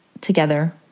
together